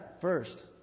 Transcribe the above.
first